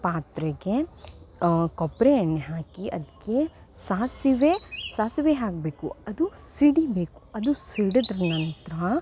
ಪಾತ್ರೆಗೆ ಕೊಬ್ಬರಿ ಎಣ್ಣೆ ಹಾಕಿ ಅದಕ್ಕೆ ಸಾಸಿವೆ ಸಾಸಿವೆ ಹಾಕಬೇಕು ಅದು ಸಿಡಿಯಬೇಕು ಅದು ಸಿಡಿದ್ ನಂತರ